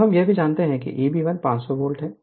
अब हम यह भी जानते हैं कि Eb1 500 वोल्ट है